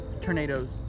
Tornadoes